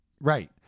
Right